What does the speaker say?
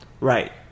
Right